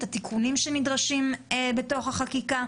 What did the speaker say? את התיקונים שנדרשים בתוך החקיקה.